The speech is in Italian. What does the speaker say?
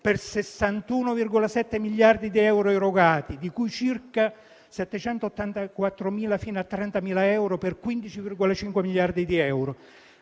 per 61,7 miliardi di euro erogati, di cui circa 784.000 fino a 30.000 euro per 15,5 miliardi di euro.